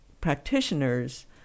practitioners